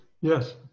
Yes